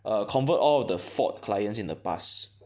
err convert all of the Ford clients in the past